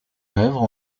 œuvre